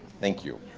thank you.